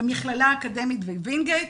במכללה האקדמית בווינגייט,